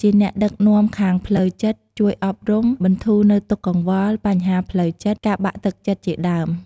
លើសពីនេះ វត្តអារាមគឺជាមជ្ឈមណ្ឌលនៃសេចក្តីស្ងប់ស្ងាត់ និងសន្តិភាព។